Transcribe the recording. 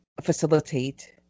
facilitate